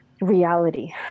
reality